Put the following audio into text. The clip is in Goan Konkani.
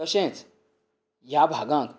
तशेंच ह्या भागांत